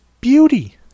beauty